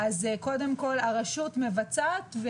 קודם כל הרשות מבצעת,